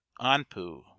Anpu